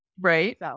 right